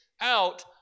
out